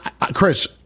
Chris